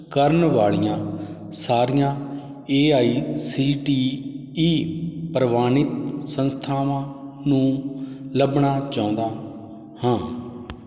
ਕਰਨ ਵਾਲੀਆਂ ਸਾਰੀਆਂ A I C T E ਪ੍ਰਵਾਨਿਤ ਸੰਸਥਾਵਾਂ ਨੂੰ ਲੱਭਣਾ ਚਾਹੁੰਦਾ ਹਾਂ